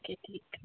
ठीक आहे ठीक